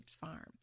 Farm